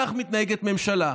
כך מתנהגת ממשלה.